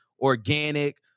organic